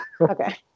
okay